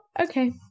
okay